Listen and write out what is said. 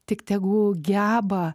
tik tegu geba